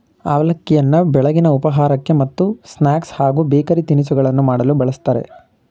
ಅವಲಕ್ಕಿಯನ್ನು ಬೆಳಗಿನ ಉಪಹಾರಕ್ಕೆ ಮತ್ತು ಸ್ನಾಕ್ಸ್ ಹಾಗೂ ಬೇಕರಿ ತಿನಿಸುಗಳನ್ನು ಮಾಡಲು ಬಳ್ಸತ್ತರೆ